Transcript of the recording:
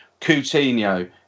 Coutinho